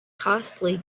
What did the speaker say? costly